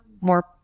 more